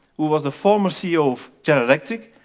who was the former ceo of general electric,